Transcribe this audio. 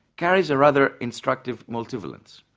carries a rather instructive multivalence.